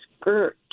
skirt